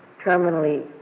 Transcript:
terminally